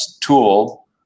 tool